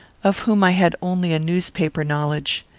of whom i had only a newspaper-knowledge.